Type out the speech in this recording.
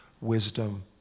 wisdom